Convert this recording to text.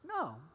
No